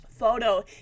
photo